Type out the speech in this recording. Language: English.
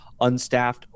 unstaffed